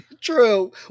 True